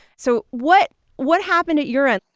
so what what happened at your end?